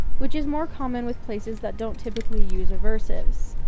which is more common with places that don't typically use aversives.